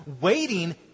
Waiting